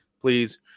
please